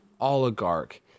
oligarch